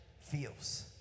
feels